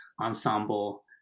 ensemble